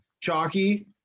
chalky